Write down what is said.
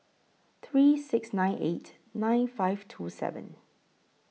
three six nine eight nine five two seven